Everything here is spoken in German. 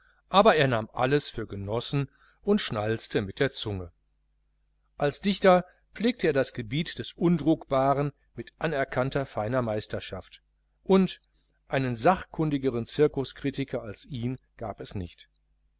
aber er nahm alles für genossen und schnalzte mit der zunge als dichter pflegte er das gebiet des undruckbaren mit anerkannter feiner meisterschaft und einen sachkundigeren cirkuskritiker als ihn gab es nicht